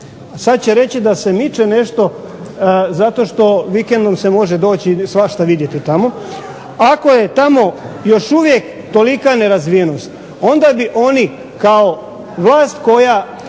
sada će reći da se miče nešto zato što se može doći vikendom svašta vidjeti. Ako je tamo još uvijek tolika nerazvijenost, onda bi oni kao vlast koja